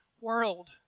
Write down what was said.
world